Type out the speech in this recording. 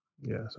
Yes